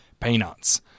peanuts